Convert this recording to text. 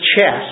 chest